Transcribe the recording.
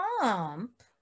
pump